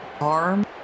arm